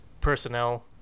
personnel